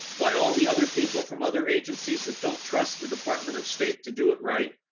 by all the other people from other agencies that don't trust the department of state to do it right.